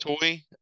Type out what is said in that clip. toy